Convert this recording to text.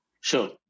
Sure